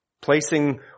placing